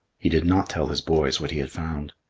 he did not tell his boys what he had found.